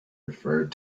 referred